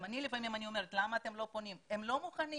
גם אני לפעמים שואלת למה אתם לא פונים אבל הם לא מוכנים.